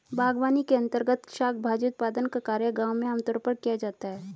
बागवानी के अंर्तगत शाक भाजी उत्पादन का कार्य गांव में आमतौर पर किया जाता है